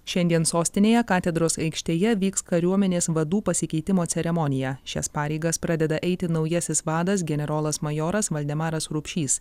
šiandien sostinėje katedros aikštėje vyks kariuomenės vadų pasikeitimo ceremonija šias pareigas pradeda eiti naujasis vadas generolas majoras valdemaras rupšys